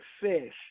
fish